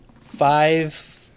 five